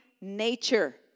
nature